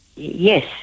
Yes